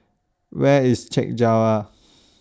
Where IS Chek Jawa